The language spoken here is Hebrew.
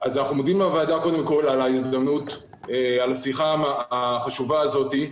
מודים לוועדה על ההזדמנות ועל השיחה החשובה הזאת.